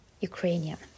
Ukrainian